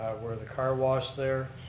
where the car wash there.